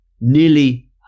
nearly